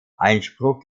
einspruch